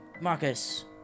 Marcus